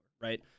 right